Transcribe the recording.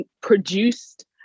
produced